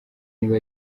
niba